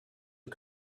the